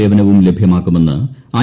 സേവനവും ലഭ്യമാക്കുമെന്ന് ഐ